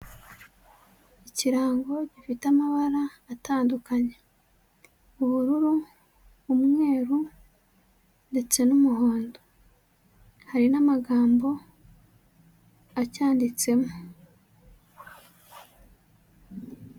Ikirango gifite amabara atandukanye: ubururu, umweru ndetse n'umuhondo; hari n'amagambo acyanditsemo.